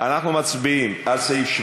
גם על 19 אפשר